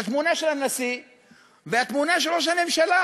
התמונה של הנשיא והתמונה של ראש הממשלה,